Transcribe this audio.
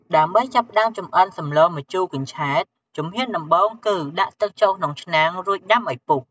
ដើម្បីចាប់ផ្តើមចម្អិន សម្លម្ជូរកញ្ឆែត ជំហានដំបូងគឺ ដាក់ទឹកចូលឆ្នាំង រួចដាំឲ្យពុះ។